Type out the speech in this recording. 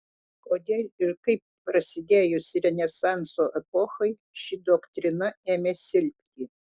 kodėl ir kaip prasidėjus renesanso epochai ši doktrina ėmė silpti